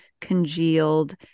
congealed